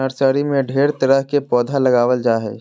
nursery में ढेर तरह के पौधा लगाबल जा हइ